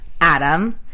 Adam